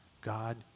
God